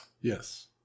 Yes